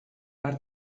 har